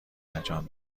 انجام